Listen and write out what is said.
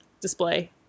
display